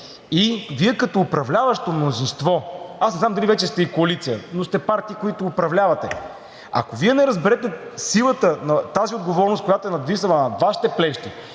и Вие като управляващо мнозинство, аз не знам дали вече сте и коалиция, но сте партии, които управлявате, ако Вие не разберете силата на тази отговорност, която е надвиснала над Вашите плещи,